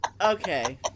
Okay